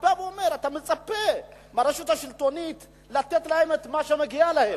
אתה מצפה מהרשות השלטונית לתת להם את מה שמגיע להם.